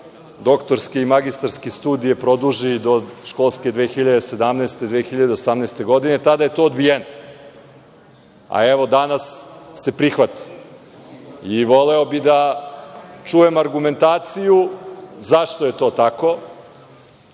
doktorske i magistarske studije produži do školske 2017/2018. godine i tada je to odbijeno, a evo, danas se prihvata. Voleo bih da čujem argumentaciju zašto je to tako?